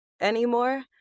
anymore